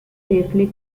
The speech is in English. safely